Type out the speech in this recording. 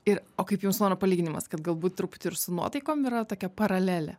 ir o kaip jums mano palyginimas kad galbūt truputį ir su nuotaikom yra tokia paralelė